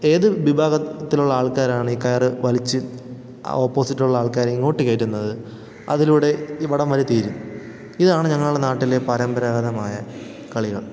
ഏത് വിഭാഗത്തിലുള്ള ആൾക്കാരാണ് ഈ കയർ വലിച്ച് ആ ഓപ്പോസിറ്റുള്ള ആൾക്കാരെ ഇങ്ങോട്ട് കയറ്റുന്നത് അതിലൂടെ ഈ വടംവലി തീരും ഇതാണ് ഞങ്ങളുടെ നാട്ടിലെ പരമ്പരാഗതമായ കളികൾ